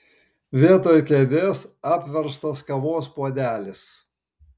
vietoj kėdės apverstas kavos puodelis